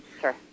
Sure